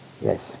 Yes